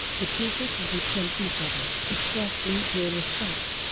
the two frequently praised each other, expressed mutual respect,